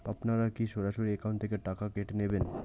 আপনারা কী সরাসরি একাউন্ট থেকে টাকা কেটে নেবেন?